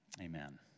amen